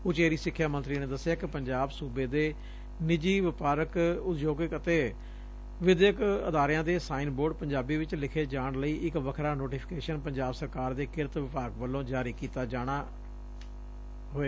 ਉਚੇਰੀ ਸਿੱਖਿਆ ਮੰਤਰੀ ਨੇ ਦਸਿਆ ਕਿ ਪੰਜਾਬ ਸੁਬੇ ਦੇ ਨਿੱਜੀ ਵਪਾਰਕ ਉਦਯੋਗਿਕ ਅਤੇ ਵਿਦਿਅਕ ਅਦਾਰਿਆਂ ਦੇ ਸਾਈਨ ਬੋਰਡ ਪੰਜਾਬੀ ਵਿਚ ਲਿਖੇ ਜਾਣ ਲਈ ਇੱਕ ਵੱਖਰਾ ਨੋਟੀਫੀਕੇਸ਼ਨ ਪੰਜਾਬ ਸਰਕਾਰ ਦੇ ਕਿਰਤ ਵਿਭਾਗ ਵਲੋਂ ਜਾਰੀ ਕੀਤਾ ਜਾਣਾ ਏ